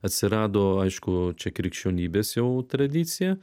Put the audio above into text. atsirado aišku čia krikščionybės jau tradicija